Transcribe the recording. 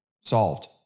solved